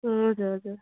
हजुर हजुर